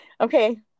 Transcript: Okay